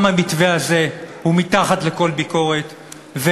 גם המתווה הזה הוא מתחת לכל ביקורת.